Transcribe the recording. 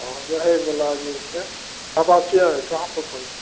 आओर रहै बला जे छै आवासीय कहाँ पर पड़ैत छै